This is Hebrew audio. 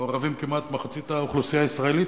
מעורבת כמעט מחצית האוכלוסייה הישראלית,